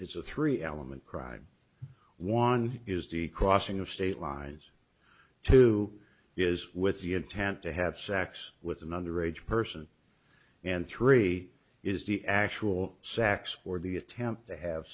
is a three element crime one is the crossing of state lines two is with the intent to have sex with an underage person and three is the actual sex or the attempt to have